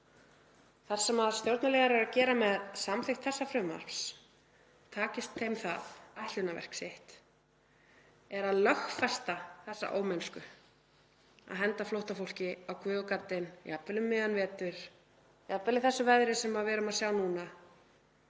Það sem stjórnarliðar eru að gera með samþykkt þessa frumvarps, takist þeim það ætlunarverk sitt, er að lögfesta þá ómennsku að henda flóttafólki út á guð og gaddinn, jafnvel um miðjan vetur, jafnvel í þessu veðri sem við erum að sjá núna,